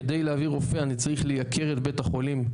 כדי להביא רופא אני צריך לייקר את בית החולים,